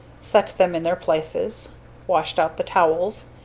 set them in their places washed out the towels,